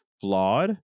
flawed